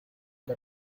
the